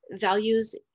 values